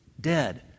dead